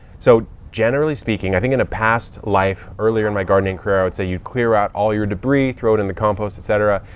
so generally speaking, i think in a past life earlier in my gardening career, i would say you'd clear out all your debris, throw it in the compost, et cetera.